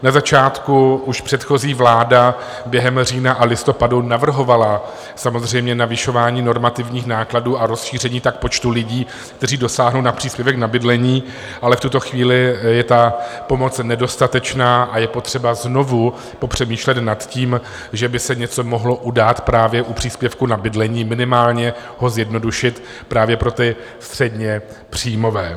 Na začátku už předchozí vláda během října a listopadu navrhovala samozřejmě navyšování normativních nákladů, a tak rozšíření počtu lidí, kteří dosáhnou na příspěvek na bydlení, ale v tuto chvíli je ta pomoc nedostatečná a je potřeba znovu popřemýšlet nad tím, že by se něco mohlo udát právě u příspěvku na bydlení, minimálně ho zjednodušit právě pro ty středněpříjmové.